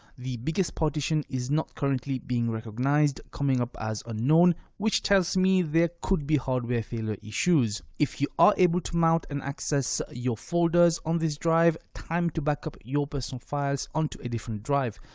the biggest partition is not currently being recognised, coming up as unknown, which tells me there could be hardware failure issues. if you are able to mount and access your folders on this drive, time to backup your personal files onto a different drive,